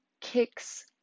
kicks